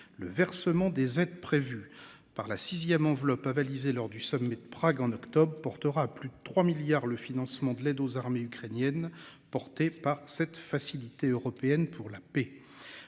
le versement des aides prévues par la sixième enveloppe avalisé lors du sommet de Prague en octobre portera à plus de 3 milliards le financement de l'aide aux armées ukrainiennes portées par cette Facilité européenne pour la paix